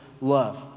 love